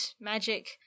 magic